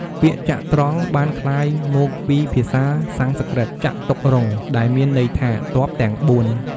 ពាក្យ ចត្រង្គ បានក្លាយមកពីភាសាសំស្ក្រឹត ចតុរង្គ ដែលមានន័យថា ទ័ពទាំងបួន។